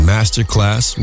Masterclass